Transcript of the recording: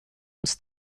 uns